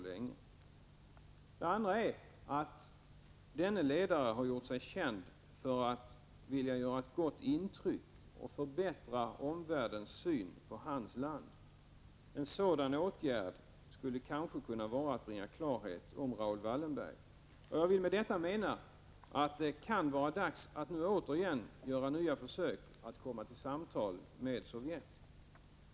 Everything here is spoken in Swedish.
Den andra är att samme ledare gjort sig känd för att vilja göra ett gott intryck och för att vilja förbättra omvärldens syn på hans land. Att bringa klarhet om Raoul Wallenbergs öde skulle kanske kunna vara en åtgärd i den 9” riktningen. Jag vill med detta säga att det kan vara dags att nu göra nya försök att komma till samtal med Sovjet.